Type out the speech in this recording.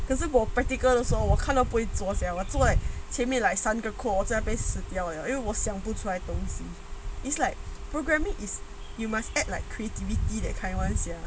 可是我 practical 的时候我看到不会做 sia 我要做在前面 like 三个 code 我在那边死掉 liao 因为我想不起来东西 it's like programming is you must add like creativity that kind [one] sia